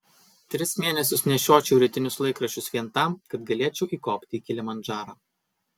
tris mėnesius nešiočiau rytinius laikraščius vien tam kad galėčiau įkopti į kilimandžarą